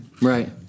Right